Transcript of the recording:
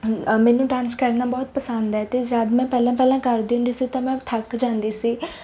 ਮੈਨੂੰ ਡਾਂਸ ਕਰਨਾ ਬਹੁਤ ਪਸੰਦ ਹੈ ਅਤੇ ਜਦੋਂ ਮੈਂ ਪਹਿਲਾਂ ਪਹਿਲਾਂ ਕਰਦੀ ਹੁੰਦੀ ਸੀ ਤਾਂ ਮੈਂ ਥੱਕ ਜਾਂਦੀ ਸੀ